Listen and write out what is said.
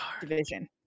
division